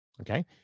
okay